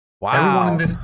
Wow